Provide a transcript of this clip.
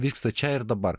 vyksta čia ir dabar